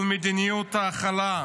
של מדיניות ההכלה.